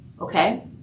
Okay